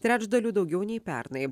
trečdaliu daugiau nei pernai